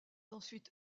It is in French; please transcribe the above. ensuite